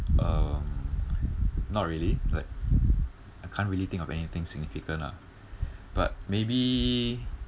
um not really like I can't really think of anything significant lah but maybe